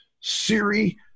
Siri